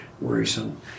worrisome